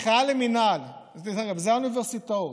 אלה האוניברסיטאות.